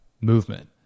movement